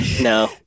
No